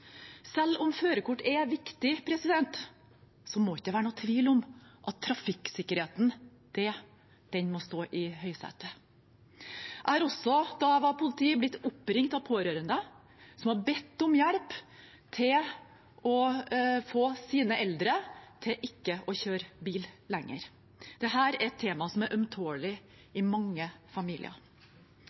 Selv om førerkort er viktig, må det ikke være noen tvil om at trafikksikkerheten må stå i høysetet. Jeg har også, da jeg var politi, blitt oppringt av pårørende som har bedt om hjelp til å få sine eldre til ikke å kjøre bil lenger. Dette er et tema som er ømtålig i mange familier.